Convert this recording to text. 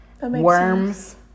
worms